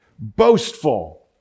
boastful